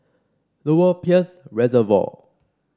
Lower Peirce Reservoir